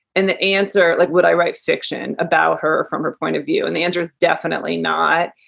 and the answer, like would i write fiction about her from her point of view? and the answer is definitely not.